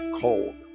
cold